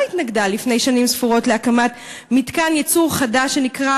לא התנגדה לפני שנים ספורות להקמת מתקן ייצור חדש שנקרא